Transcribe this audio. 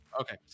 Okay